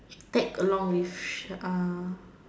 tag along with sh~ uh